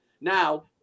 Now